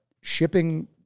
shipping